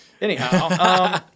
anyhow